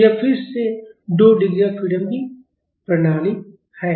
तो यह फिर से दो डिग्री ऑफ फ्रीडम की प्रणाली है